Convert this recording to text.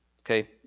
okay